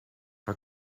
how